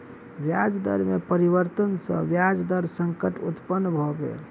ब्याज दर में परिवर्तन सॅ ब्याज दर संकट उत्पन्न भ गेल